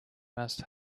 must